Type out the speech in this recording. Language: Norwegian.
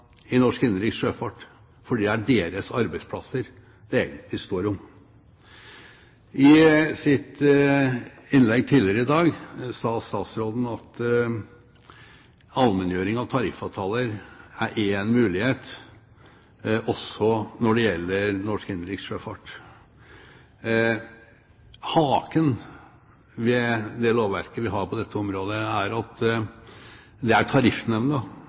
i norsk innenriks sjøfart. Det er deres arbeidsplasser det egentlig står om. I sitt innlegg tidligere i dag sa statsråden at allmenngjøring av tariffavtaler er én mulighet også når det gjelder norsk innenriks sjøfart. Haken ved det lovverket vi har på dette området, er at det er Tariffnemnda